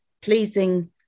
pleasing